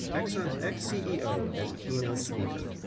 exxon's ex-ceo, as keynote speaker.